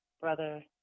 Brother